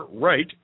right